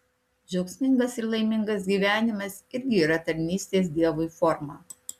džiaugsmingas ir laimingas gyvenimas irgi yra tarnystės dievui forma